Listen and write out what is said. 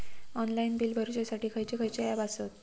Online bill भरुच्यासाठी खयचे खयचे ऍप आसत?